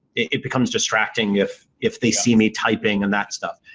it becomes distracting if if they see me typing and that stuff.